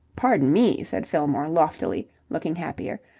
pardon me, said fillmore loftily, looking happier.